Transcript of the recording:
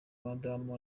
madamu